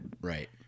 Right